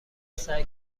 سعی